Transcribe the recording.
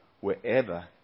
wherever